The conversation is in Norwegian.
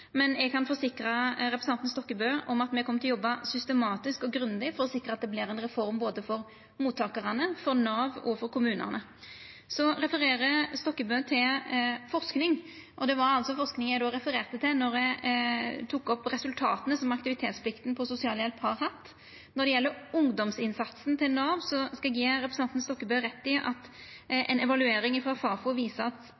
Men eg kan forsikra representanten Stokkebø om at me kjem til å jobba systematisk og grundig for å sikra at det vert ei reform både for mottakarane, for Nav og for kommunane. Representanten Stokkebø refererer til forsking. Det var altså forsking eg refererte til då eg tok opp resultata som aktivitetsplikta for sosialhjelp har hatt. Når det gjeld ungdomsinnsatsen til Nav, skal eg gje representanten Stokkebø rett i at ei evaluering frå Fafo viser at